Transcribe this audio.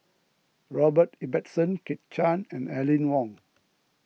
Robert Ibbetson Kit Chan and Aline Wong